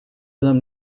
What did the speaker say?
them